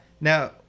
Now